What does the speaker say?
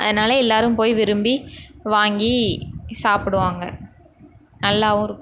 அதனாலே எல்லோரும் போய் விரும்பி வாங்கி சாப்பிடுவாங்க நல்லாவும் இருக்கும்